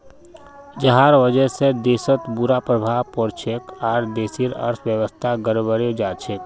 जहार वजह से देशत बुरा प्रभाव पोरछेक आर देशेर अर्थव्यवस्था गड़बड़ें जाछेक